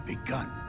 begun